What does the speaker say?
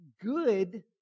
Good